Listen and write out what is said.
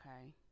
Okay